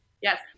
yes